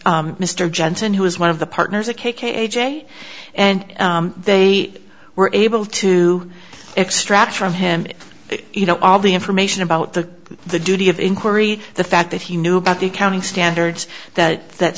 mr jensen who was one of the partners a k k j and they were able to extract from him you know all the information about the the duty of inquiry the fact that he knew about the accounting standards that that